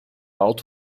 alto